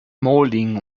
molding